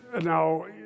Now